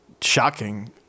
shocking